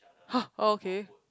!huh! oh okay